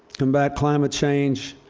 combat climate change,